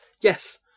Yes